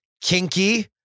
kinky